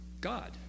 God